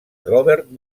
robert